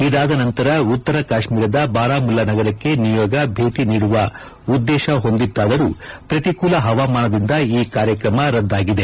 ಇದಾದ ನಂತರ ಉತ್ತರ ಕಾಶ್ಮೀರದ ಬಾರಾಮುಲ್ಲಾ ನಗರಕ್ಕೆ ನಿಯೋಗ ಭೇಟಿ ನೀಡುವ ಉದ್ಲೇಶ ಹೊಂದಿತ್ತಾದರೂ ಪ್ರತಿಕೂಲ ಪವಾಮಾನದಿಂದ ಈ ಕಾರ್ಯಕ್ರಮ ರದ್ಗಾಗಿದೆ